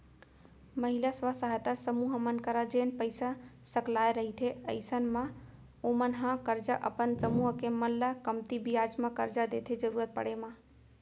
महिला स्व सहायता समूह मन करा जेन पइसा सकलाय रहिथे अइसन म ओमन ह करजा अपन समूह के मन ल कमती बियाज म करजा देथे जरुरत पड़े म